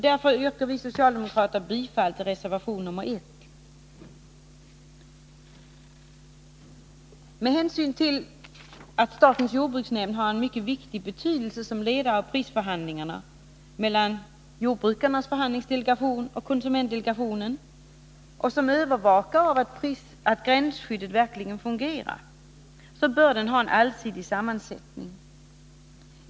Därför yrkar vi socialdemokrater bifall till reservation nr 1. Med hänsyn till att statens jordbruksnämnd har en mycket stor betydelse som ledare av prisförhandlingarna mellan jordbrukarnas förhandlingsdelegation och konsumentdelegationen och som övervakare av att gränsskyddet verkligen fungerar bör den ha en allsidig sammansättning.